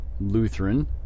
Lutheran